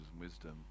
wisdom